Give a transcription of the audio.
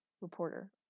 Reporter